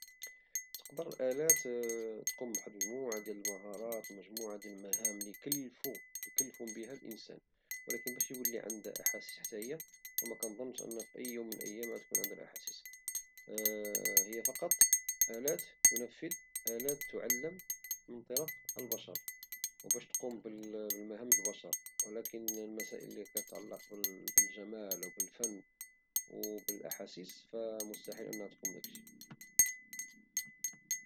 بالنسبة ليلي وخا كاين تخوفات في هد الاتجاه ولكن معمرو عتولي الآلة إنسان كيفما أن الإنسان معمرو يقدر يولي حيوان والحيوان معمرو يقدر يولي إنسان، فالآلة معمرها عتقدر تولي إنسان، تقدر تعمل تعمل بزاف ديال الأشياء تقد تعوض الإنسان في مجموعة المهام ولكن معمرها عتكون إنسان كامل بالأحاسيس والذاكرة ، فهذه مسألة مستحيلة.